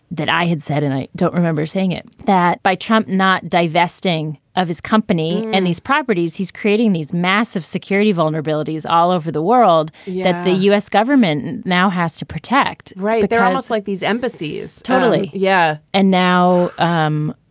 that i had said and i don't remember saying it. that by trump not divesting of his company and these properties, he's creating these massive security vulnerabilities all over the world that the u s. government now has to protect. right. they're almost like these embassies. totally. yeah. and now. um